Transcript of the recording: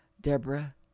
Deborah